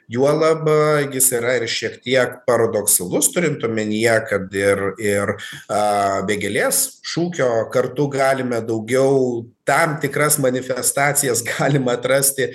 juolab jis yra ir šiek tiek paradoksalus turint omenyje kad ir ir a vegėlės šūkio kartu galime daugiau tam tikras manifestacijas galima atrasti